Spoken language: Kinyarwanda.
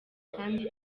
kandi